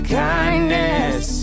kindness